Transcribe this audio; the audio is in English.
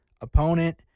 opponent